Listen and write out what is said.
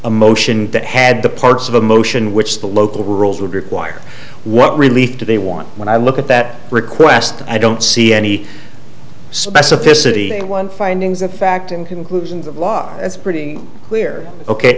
a motion that had the parts of a motion which the local rules would require what relief to they want when i look at that request i don't see any specificity one findings of fact and conclusions of law that's pretty clear ok